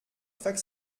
fac